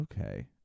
Okay